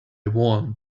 want